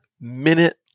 minute